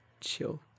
chill